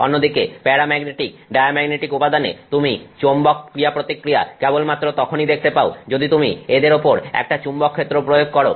অন্যদিকে paramagnetic diamagnetic উপাদানে তুমি চৌম্বক ক্রিয়া প্রতিক্রিয়া কেবলমাত্র তখনই দেখতে পাও যখন তুমি এদের ওপর একটা চুম্বকক্ষেত্র প্রয়োগ করো